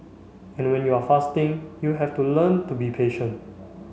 and when you are fasting you have to learn to be patient